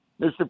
Mr